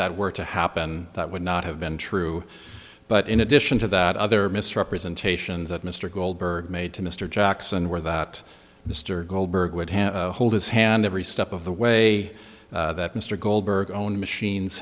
that were to happen that would not have been true but in addition to that other misrepresentations that mr goldberg made to mr jackson were that mr goldberg would have hold his hand every step of the way that mr goldberg own machines